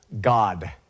God